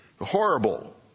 Horrible